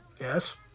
Yes